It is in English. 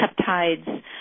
peptides